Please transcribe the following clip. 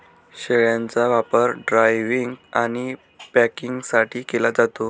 शेळ्यांचा वापर ड्रायव्हिंग आणि पॅकिंगसाठी केला जातो